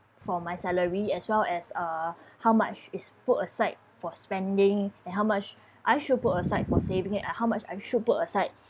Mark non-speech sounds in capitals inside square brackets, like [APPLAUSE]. for my salary as well as uh [BREATH] how much is put aside for spending and how much I should put aside for saving and how much I should put aside